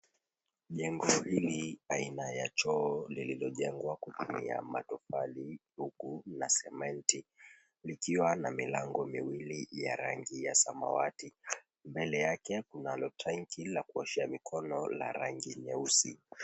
Jengo hili aina ya choo lililojengwa kutumia matofali huku na sementi ikiwa na milango miwili ya rangi ya samawati. Mbele yake kunalo tanki la kuoshea mikono la rangi nyeusi.